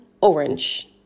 orange